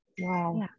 Wow